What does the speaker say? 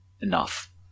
enough